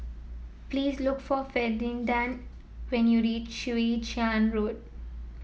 please look for Ferdinand when you reach Chwee Chian Road